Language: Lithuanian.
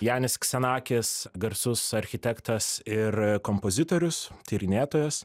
janis ksenakis garsus architektas ir kompozitorius tyrinėtojas